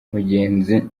mugenzi